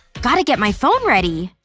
gotta get my phone ready